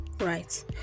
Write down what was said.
Right